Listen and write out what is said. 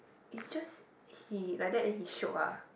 is just he like that then he shiok ah